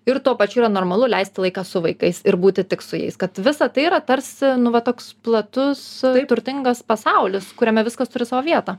ir tuo pačiu yra normalu leisti laiką su vaikais ir būti tik su jais kad visa tai yra tarsi nu va toks platus turtingas pasaulis kuriame viskas turi savo vietą